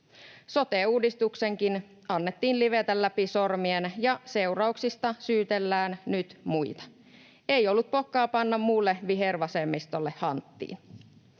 Sote-uudistuksenkin annettiin livetä läpi sormien, ja seurauksista syytellään nyt muita. Ei ollut pokkaa panna muulle vihervasemmistolle hanttiin.